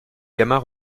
gamin